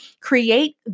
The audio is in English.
Create